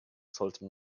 sollte